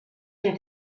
fer